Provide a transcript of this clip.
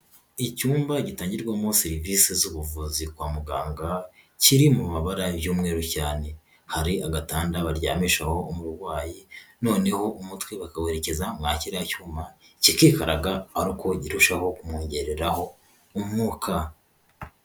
Icyumba gitangirwamo serivisi z'ubuvuzi kwa muganga, kiri mu mabara y'umweru cyane. Hari agatanda baryamishaho umurwayi, noneho umutwe bakawerekeza muri kiriya cyuma kikikaraga ari uko kirushaho kumwongereraho umwuka.